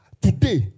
Today